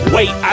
Wait